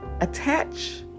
attach